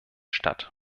statt